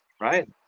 Right